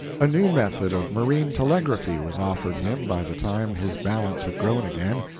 a new method of marine telegraphy was offered him by the time his balance had grown again,